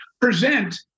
present